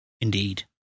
Indeed